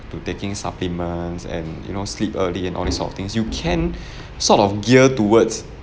to taking supplements and you know sleep early and all this sort of things you can sort of gear towards